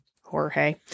Jorge